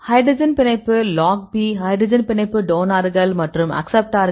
hydrogen பிணைப்பு log P hydrogen பிணைப்பு டோனார்கள் மற்றும் அக்சப்ட்டார்கள்